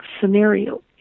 scenario